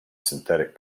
synthetic